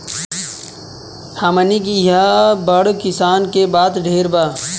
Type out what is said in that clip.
हमनी किहा बड़ किसान के बात ढेर बा